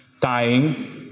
dying